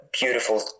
beautiful